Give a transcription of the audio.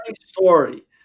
story